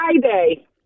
Friday